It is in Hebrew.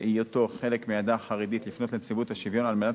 היותו חלק מהעדה החרדית לפנות לנציבות השוויון על מנת